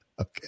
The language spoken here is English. Okay